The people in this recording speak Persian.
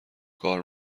کار